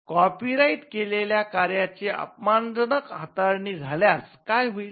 copyright केलेल्या कार्याची अपमानजनक हाताळणी झाल्यास काय होईल